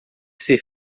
ser